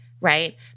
right